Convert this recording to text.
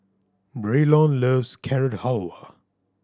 Braylon loves Carrot Halwa